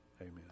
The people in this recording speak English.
amen